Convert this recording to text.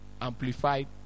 Amplified